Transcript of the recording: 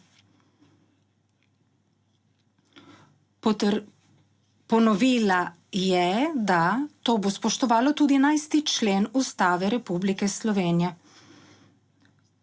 Ponovila je, da to bo spoštovalo tudi 11. člen Ustave Republike Slovenije.